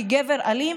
כגבר אלים: